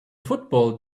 football